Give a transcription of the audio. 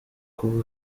kuba